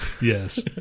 Yes